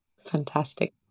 Fantastic